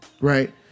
right